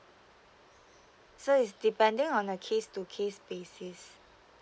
so is depending on the case to case basis